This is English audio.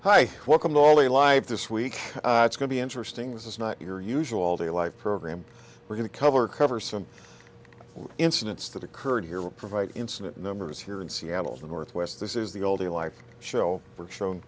hi welcome to all the live this week it's going to be interesting this is not your usual all day life program we're going to cover cover some incidents that occurred here will provide incident numbers here in seattle's the northwest this is the older life show we're shown